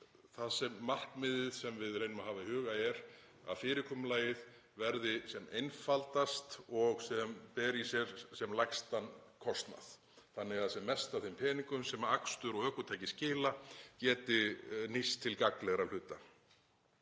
að markmiðið sem við reynum að hafa í huga sé að fyrirkomulagið verði sem einfaldast og beri í sér sem lægstan kostnað þannig að sem mest af þeim peningum sem akstur og ökutæki skila geti nýst til gagnlegra hluta.